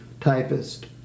typist